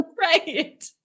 Right